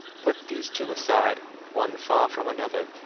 put these two aside one far from another,